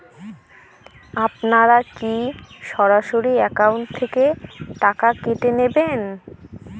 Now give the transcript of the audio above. আপনারা কী সরাসরি একাউন্ট থেকে টাকা কেটে নেবেন?